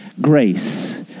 grace